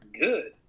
good